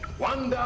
one down,